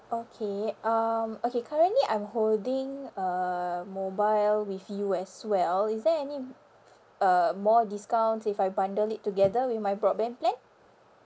okay um okay currently I'm holding uh mobile with you as well is there any uh more discounts if I bundle it together with my broadband plan